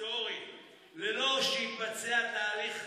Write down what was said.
אני מזמין את ראשון הדוברים,